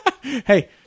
Hey